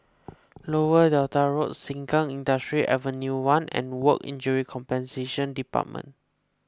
Lower Delta Road Sengkang Industrial Avenue one and Work Injury Compensation Department